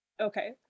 Okay